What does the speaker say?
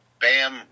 bam